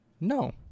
No